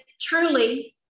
truly